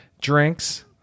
drinks